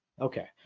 Okay